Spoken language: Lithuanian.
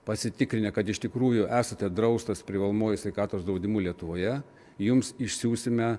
pasitikrinę kad iš tikrųjų esate draustas privalomuoju sveikatos draudimu lietuvoje jums išsiųsime